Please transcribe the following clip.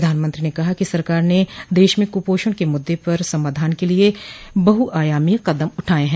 प्रधानमंत्री ने कहा कि सरकार ने देश में क्पोषण के मुद्दे के समाधान के लिए बहुआयामी कदम उठाये हैं